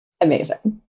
Amazing